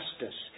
justice